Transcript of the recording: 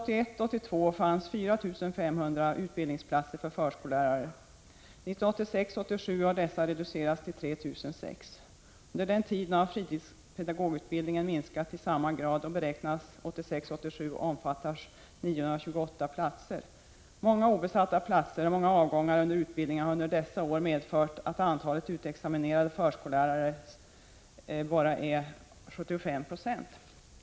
1981 87 beräknas dessa ha reducerats till 3 006. Under samma tid har fritidspedagogutbildningen minskat i samma grad och beräknas 1986/87 omfatta 928 platser. Många obesatta platser och många avgångar under utbildningen har under dessa år medfört att antalet utexaminerade förskollärare uppgår till bara 75 20 av utbildningskapaciteten.